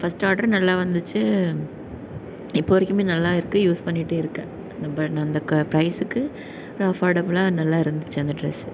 first order நல்லா வந்துச்சு இப்போ வரைக்குமே நல்லா இருக்கு யூஸ் பண்ணிகிட்டு இருக்கேன் நம்ப அந்த ப்ரைஸ்ஸுக்கு ஒரு அஃபோர்டபில்லாக நல்லா இருந்துச்சு அந்த ட்ரெஸ்ஸு